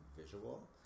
visual